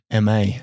MA